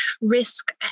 risk